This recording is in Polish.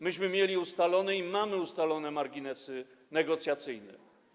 Myśmy mieli ustalone i mamy ustalone marginesy negocjacyjne.